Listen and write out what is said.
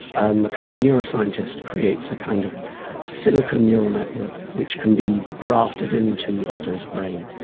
um a clever neuroscientist creates a kind of silicon neural network which can be grafted into otto's brain.